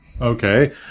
Okay